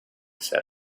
said